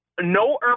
no